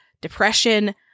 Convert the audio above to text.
depression